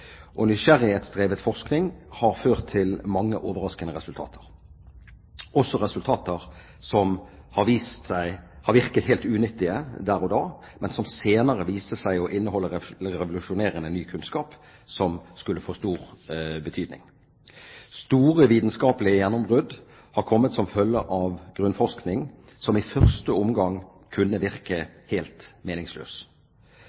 har ført til mange overraskende resultater, også resultater som har virket helt unyttige der og da, men som senere har vist seg å inneholde revolusjonerende ny kunnskap som skulle få stor betydning. Store vitenskapelige gjennombrudd har kommet som følge av grunnforskning som i første omgang kunne